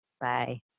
bye